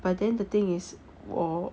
but then the thing is 我